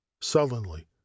Sullenly